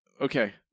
okay